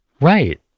Right